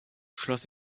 schloss